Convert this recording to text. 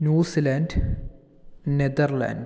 New Zealand Netherland